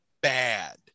bad